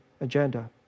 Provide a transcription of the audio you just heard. agenda